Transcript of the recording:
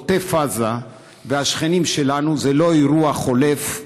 עוטף עזה והשכנים שלנו זה לא אירוע חולף,